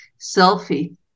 selfie